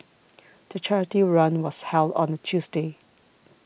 the charity run was held on a Tuesday